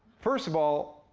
first of all,